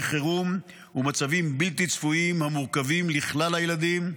חירום ומצבים בלתי צפויים המורכבים לכלל הילדים,